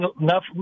enough